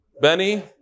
Benny